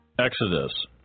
Exodus